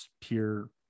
pure